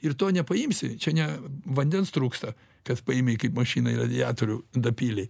ir to nepaimsi čia ne vandens trūksta kad paėmei kaip mašinai į radiatorių dapylei